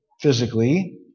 physically